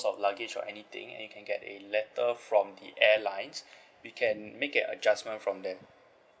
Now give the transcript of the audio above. of luggage or anything and you can get a letter from the airlines we can make adjustment from them